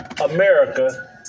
America